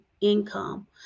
income